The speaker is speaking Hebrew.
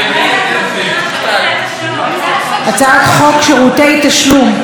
כן, הצעת חוק שירותי תשלום.